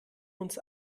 uns